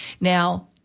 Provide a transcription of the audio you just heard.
Now